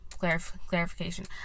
Clarification